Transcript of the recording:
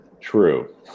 True